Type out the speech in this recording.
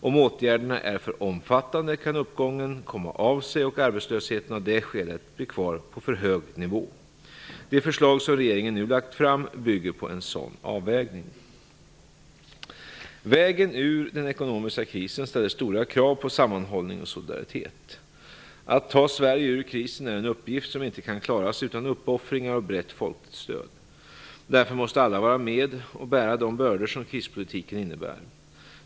Om åtgärderna är för omfattande kan uppgången komma av sig och arbetslösheten av det skälet bli kvar på för hög nivå. De förslag som regeringen nu lagt fram bygger på en sådan avvägning. Vägen ur den ekonomiska krisen ställer stora krav på sammanhållning och solidaritet. Att ta Sverige ur krisen är en uppgift som inte kan klaras utan uppoffringar och brett folkligt stöd. Därför måste alla vara med och bära de bördor som krispolitiken innebär.